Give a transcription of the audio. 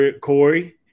Corey